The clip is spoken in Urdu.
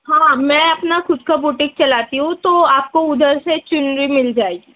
ہاں میں اپنا خود کا بوٹیک چلاتی ہوں تو آپ کو ادھر سے چنری مل جائے گی